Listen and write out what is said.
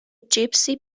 gypsy